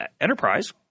enterprise